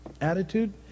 attitude